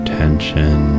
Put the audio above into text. tension